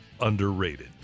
underrated